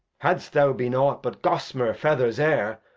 hadst thou been ought but gosmore feathers, air,